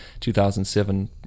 2007